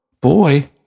boy